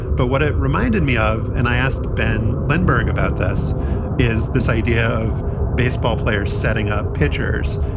but what it reminded me of. and i asked ben lindbergh about this is this idea of baseball players setting up pitchers.